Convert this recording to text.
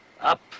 Up